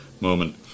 moment